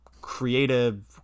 creative